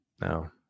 No